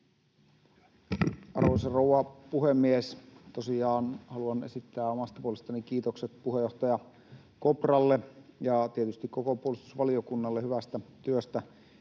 Arvoisa rouva puhemies! Tosiaan haluan esittää omasta puolestani kiitokset puheenjohtaja Kopralle ja tietysti koko puolustusvaliokunnalle hyvästä työstä